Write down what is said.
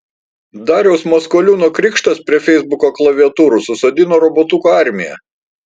dariaus maskoliūno krikštas prie feisbuko klaviatūrų susodino robotukų armiją